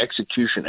execution